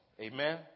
Amen